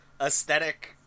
aesthetic